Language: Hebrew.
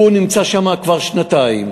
הוא נמצא שמה כבר שנתיים,